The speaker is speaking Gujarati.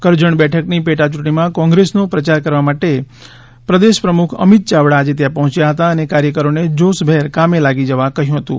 કરજણ બેઠકની પેટાચૂંટણીમાં કોંગ્રેસનો પ્રયાર કરવા માટે પ્રદેશ પ્રમુખ અમિત ચાવડા આજે ત્યાં પહોંચ્યા હતા અને કાર્યકરોને જોશભેર કામે લાગી જવા કહ્યું હતું